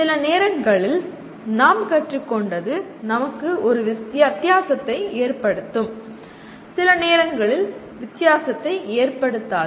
சில நேரங்களில் நாம் கற்றுக்கொண்டது நமக்கு ஒரு வித்தியாசத்தை ஏற்படுத்தும் சில நேரங்களில் வித்தியாசத்தை ஏற்படுத்தாது